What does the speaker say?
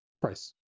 price